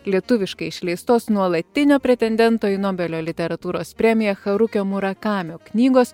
lietuviškai išleistos nuolatinio pretendento į nobelio literatūros premiją charukio murakamio knygos